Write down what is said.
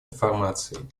информацией